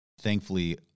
Thankfully